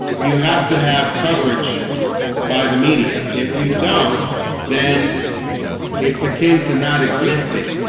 you have to have coverage by the media if you don't then it's akin to not existing